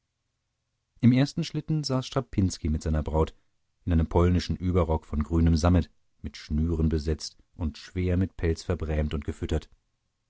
im ersten schlitten saß strapinski mit seiner braut in einem polnischen überrock von grünem sammet mit schnüren besetzt und schwer mit pelz verbrämt und gefüttert